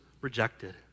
rejected